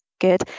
good